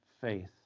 faith